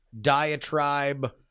diatribe